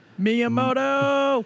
Miyamoto